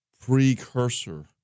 precursor